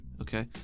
Okay